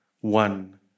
One